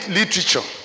literature